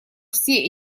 все